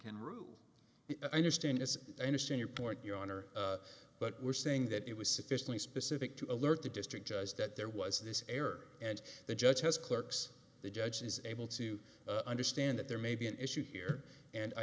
can rule i understand as i understand your point your honor but we're saying that it was sufficiently specific to alert the district judge that there was this error and the judge has clerks the judge is able to understand that there may be an issue here and i